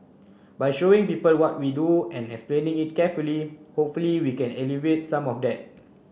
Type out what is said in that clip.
by showing people what we do and explaining it carefully hopefully we can alleviate some of that